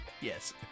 Yes